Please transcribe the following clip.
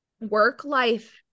work-life